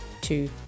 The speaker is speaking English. two